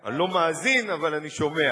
אני לא מאזין, אבל אני שומע.